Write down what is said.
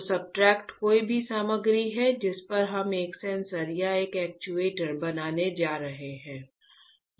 तो सब्सट्रेट कोई भी सामग्री है जिस पर हम एक सेंसर या एक एक्चुएटर बनाने जा रहे हैं